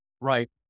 right